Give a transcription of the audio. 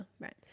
right